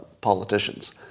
politicians